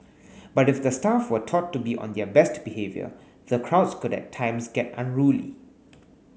but if the staff were taught to be on their best behaviour the crowds could at times get unruly